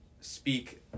speak